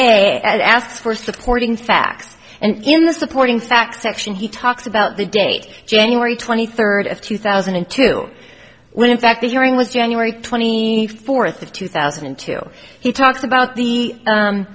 asks for supporting facts and in the supporting facts section he talks about the date january twenty third of two thousand and two when in fact the hearing was january twenty fourth of two thousand and two he talks about the